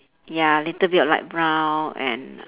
ya little bit of light brown and